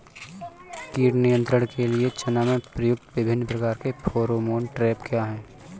कीट नियंत्रण के लिए चना में प्रयुक्त विभिन्न प्रकार के फेरोमोन ट्रैप क्या है?